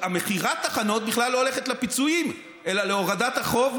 אלא שמכירת התחנות בכלל לא הולכת לפיצויים אלא להורדת החוב,